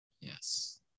Yes